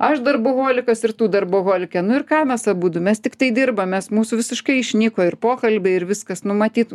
aš darboholikas ir tų darboholikė nu ir ką mes abudu mes tiktai dirbam mūsų visiškai išnyko ir pokalbiai ir viskas nu matyt